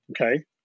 Okay